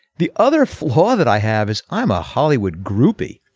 the other flaw that i have is i'm a hollywood groupie.